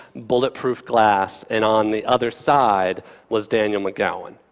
bulletproof glass and on the other side was daniel mcgowan.